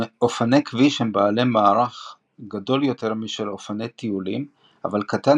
אופני כביש הם בעלי מהלך גדול יותר משל אופני טיולים אבל קטן